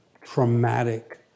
traumatic